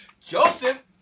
Joseph